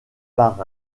par